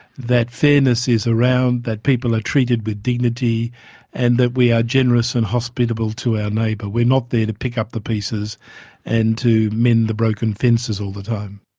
that fairness is around, that people are treated with dignity and that we are generous and hospitable to our neighbour. we're not there to pick up the pieces and to mend the broken fences all the time.